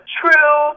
true